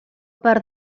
per